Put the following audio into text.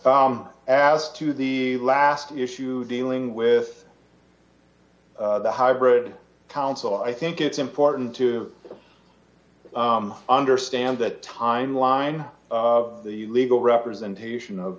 as to the last issue dealing with the hybrid counsel i think it's important to understand that timeline of the legal representation of